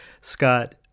Scott